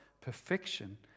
perfection